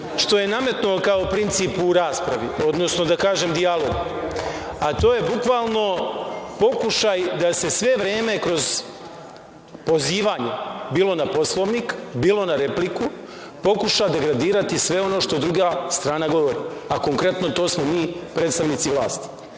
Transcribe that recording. nametnuo kao princip u raspravi, odnosno u dijalogu, a to je bukvalno pokušaj da se sve vreme kroz pozivanje, bilo na Poslovnik, bilo na repliku, pokuša degradirati sve ono što druga strana govori, a konkretno to smo mi, predstavnici vlasti,